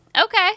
Okay